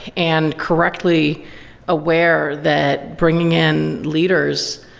and correctly aware that bringing in leaders,